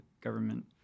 government